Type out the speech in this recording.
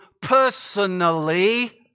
personally